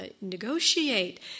negotiate